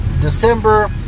December